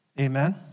Amen